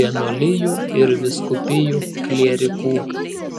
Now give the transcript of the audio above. vienuolijų ir vyskupijų klierikų